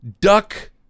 duck